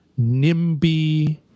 NIMBY